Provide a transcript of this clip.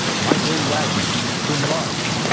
michael wagner, cum laude.